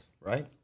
right